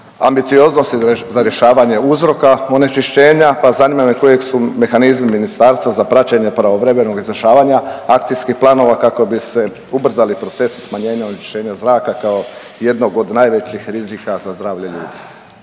ambicioznosti za rješavanje uzroka onečišćenja, pa zanima me koji su mehanizmi ministarstva za praćenje pravovremenog izvršavanja akcijskih planova kako bi se ubrzali procesi smanjenja onečišćenja zraka kao jednog od najvećih rizika za zdravlje ljudi?